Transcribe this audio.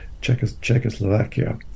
Czechoslovakia